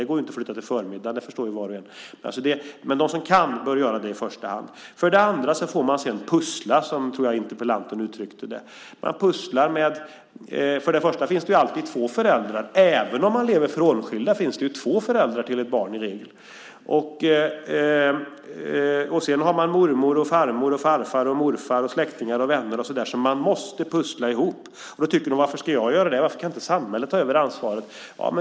Det går ju inte att flytta till förmiddagen. Det förstår var och en. Men de som kan bör göra det i första hand. För det andra får man pussla, som jag tror interpellanten uttryckte det. Först och främst finns det alltid två föräldrar. Även om man lever frånskilda finns det två föräldrar till ett barn. Och så har man mormor, farmor, farfar, morfar, släktingar och vänner. Man måste pussla ihop. Då kan man tycka: Varför ska jag göra det? Varför kan inte samhället ta över ansvaret?